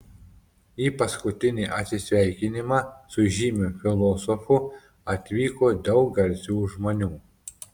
į paskutinį atsisveikinimą su žymiu filosofu atvyko daug garsių žmonių